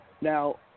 Now